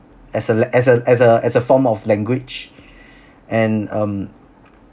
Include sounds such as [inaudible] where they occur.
as a la~ as a as a as a form of language [breath] and um